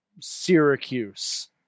Syracuse